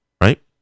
right